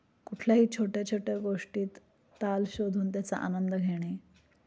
कुठल्याही छोट्या छोट्या गोष्टीत ताल शोधून त्याचा आनंद घेणे